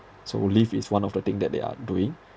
so leave is one of the thing that they are doing